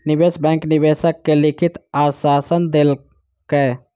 निवेश बैंक निवेशक के लिखित आश्वासन देलकै